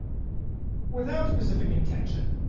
without specific intention,